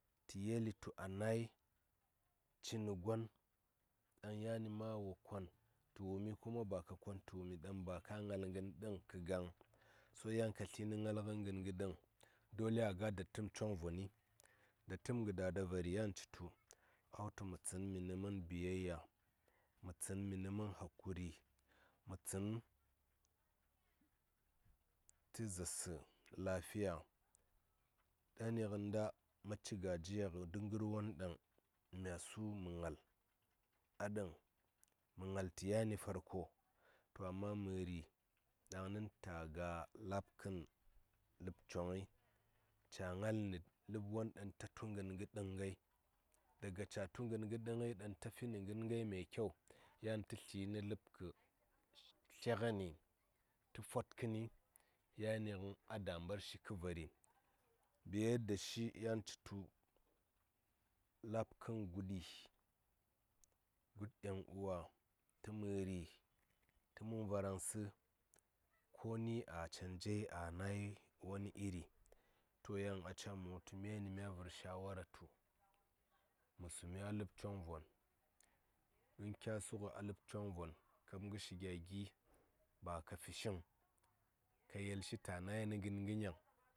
Tə yeli tu a nai ci nə gon ɗaŋ yani ma wo kon tə wumi kuma ba ka kon tə wumi daŋ ba ka ngal ngən ɗəŋ kə gaŋ so yan ka tli nə ngal ngən gə ɗəŋ dole a ga datəm choŋvoni datəm kə dada vari yan citu a wutu mə tsən mi nə mən biyayya mə tsən mi nə mən hakuri mə tsən tə zaarsə lafiya ɗani inta maci gajiya kə duk kə duk ngər won daŋ mya su mə ngal a ɗəŋ mə ngal tə yani farko to amma məri dəŋni ta ga lapkən ləb choŋ ngəi ca ngal ni ləb won ɗaŋ ta tu ngən gə ɗəŋ ngai daga ca tu ngən gə ɗəŋ dən ta fi ngən ngai me kyau yan tatli a ləb kə tlya ngəni tə fotkəni yani ngən a da mbar shi kə vari biye da shi yan citu labkən guɗi gud yan uwa tə məri tə mən varaŋsə koni a canjai a nai wani iri to yan a ca myani mə wutu mya vər shawara tu mə sumi a ləb choŋvon in kya su ngə a ləb choŋvon kab ngə shi gya gi ba ka fishiŋ ka yel shi ta nai nə ngən gə nyaŋ.